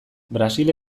brasil